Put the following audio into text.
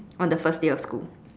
on the first day of school